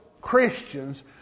Christians